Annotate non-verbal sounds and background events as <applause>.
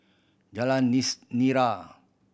Jalan <unintelligible> Nira